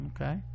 Okay